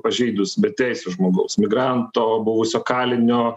pažeidus beteisio žmogaus emigranto buvusio kalinio